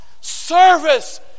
Service